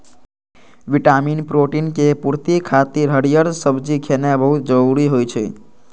vitamin, protein के पूर्ति खातिर हरियर सब्जी खेनाय बहुत जरूरी होइ छै